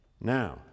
Now